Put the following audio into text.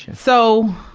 so,